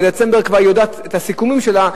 בדצמבר היא כבר יודעת את הסיכומים שלה,